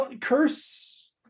curse